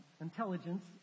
intelligence